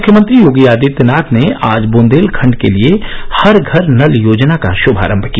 मुख्यमंत्री योगी आदित्यनाथ ने आज ब्रंदेलखंड के लिए हर घर नल योजना का श्मारंभ किया